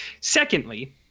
Secondly